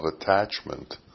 attachment